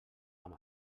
amb